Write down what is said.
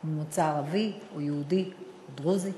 אם הוא ממוצא ערבי, יהודי או דרוזי,